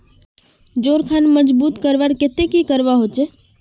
जोड़ खान मजबूत करवार केते की करवा होचए?